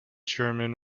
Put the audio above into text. german